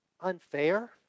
Unfair